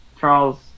Charles